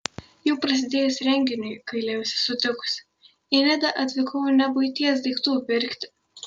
jau prasidėjus renginiui gailėjausi sutikusi į nidą atvykau ne buities daiktų pirkti